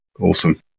awesome